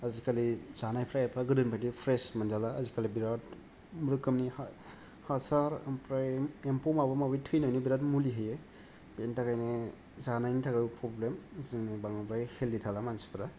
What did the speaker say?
आजिखालि जानायफ्रा एफा गोदोनि बायदि फ्रेस मोनजाला आजिखालि बिराद रोखोमनि हा हासार ओमफ्राय एमफौ माबा माबिनि थैनायनि बिराद मुलि होयो बेनि थाखायनो जानायनि थाखाय फ्रब्लेम जोङो बांद्राय हेल्दि थाला सानसिफ्रा